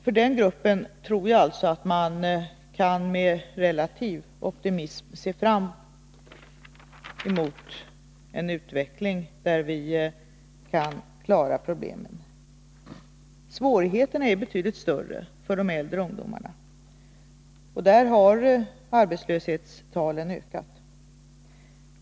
För den gruppen tror jag att man med relativ optimism kan se fram emot en utveckling där vi kan klara problemen. Svårigheterna är betydligt större för de äldre ungdomarna. Där har arbetslöshetstalen ökat.